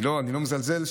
אני לא מזלזל.